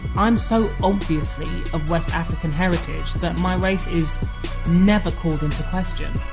i'm so obviously of west african heritage that my race is never called into question.